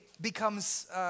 becomes